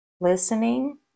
listening